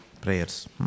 prayers